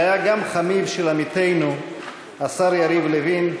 שהיה גם חמיו של עמיתנו השר יריב לוין,